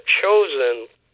chosen